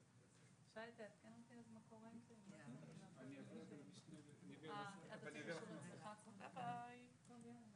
אני יודעת שגם משרד הבריאות נמצא על זה וגם הוא רוצה בזה,